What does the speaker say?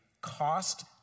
cost